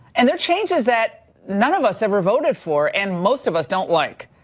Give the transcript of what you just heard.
and they are changes that none of us ever voted for and most of us don't like.